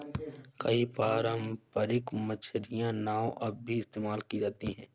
कई पारम्परिक मछियारी नाव अब भी इस्तेमाल की जाती है